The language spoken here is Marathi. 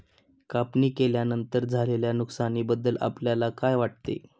कापणी केल्यानंतर झालेल्या नुकसानीबद्दल आपल्याला काय वाटते?